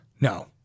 No